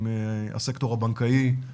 עם הסקטור הבנקאי,